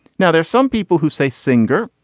now there's some people who say singer.